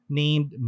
named